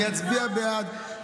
אני אצביע בעד,